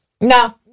No